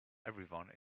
everyone